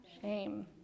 shame